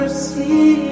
Mercy